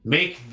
Make